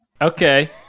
Okay